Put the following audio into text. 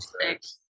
six